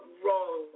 wrong